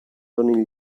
donin